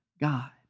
God